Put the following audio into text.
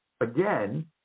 again